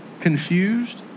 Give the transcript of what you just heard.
confused